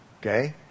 Okay